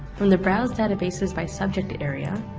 from the browse databases by subject area,